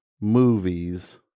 movies